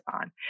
on